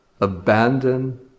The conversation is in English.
abandon